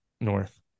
North